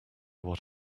what